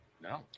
no